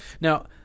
Now